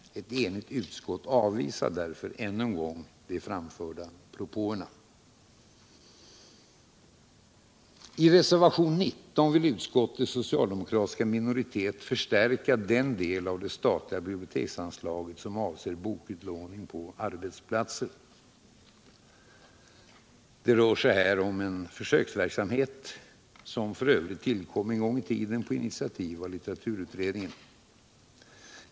Ett enigt utskott avvisar därför ännu en gång de framförda propåerna. I reservationen 19 vill utskottets socialdemokratiska minoritet förstärka den del av det statliga biblioteksanslaget som avser bokutlåning på arbetsplatser. Det rör sig här fortfarande om en försöksverksamhet, som f. ö. tillkom på initiativ av litteraturutredningen.